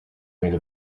made